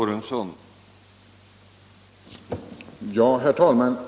Herr talman!